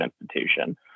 institution